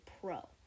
Pro